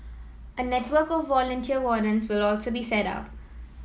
a network of volunteer wardens will also be set up